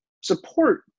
support